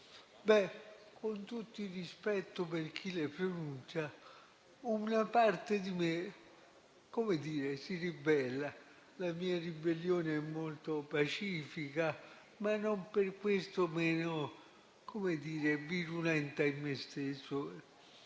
con tutti il rispetto per chi lo pronuncia, una parte di me si ribella. La mia ribellione è molto pacifica, ma non per questo meno virulenta in me stesso.